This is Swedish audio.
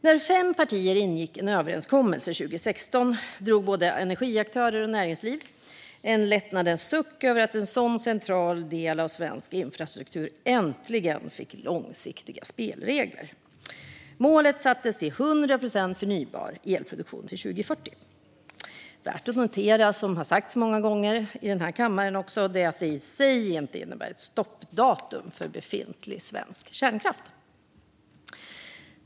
När fem partier ingick en överenskommelse 2016 drog både energiaktörer och näringsliv en lättnadens suck över att en sådan central del av svensk infrastruktur äntligen fick långsiktiga spelregler. Målet sattes till 100 procent förnybar elproduktion till 2040. Värt att notera är, som har sagts många gånger i denna kammare, att detta i sig inte innebär ett stoppdatum för befintlig svensk kärnkraft.